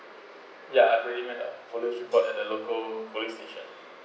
ya I already made a police report and the local police station